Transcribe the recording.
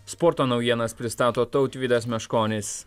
sporto naujienas pristato tautvydas meškonis